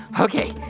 ok.